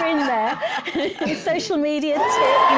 and social media, tick, and